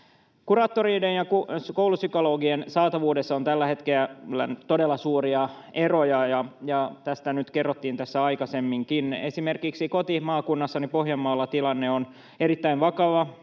Kuraattoreiden ja koulupsykologien saatavuudessa on tällä hetkellä todella suuria eroja, ja tästä nyt kerrottiin tässä aikaisemminkin. Esimerkiksi kotimaakunnassani Pohjanmaalla tilanne on erittäin vakava